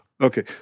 Okay